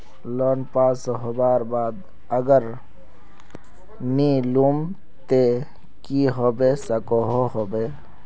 Loan pass होबार बाद अगर नी लुम ते की होबे सकोहो होबे?